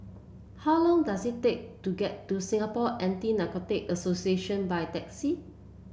how long does it take to get to Singapore Anti Narcotics Association by taxi